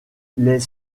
les